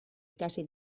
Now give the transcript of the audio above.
ikasi